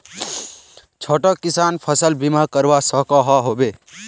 छोटो किसान फसल बीमा करवा सकोहो होबे?